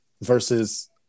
versus